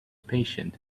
patient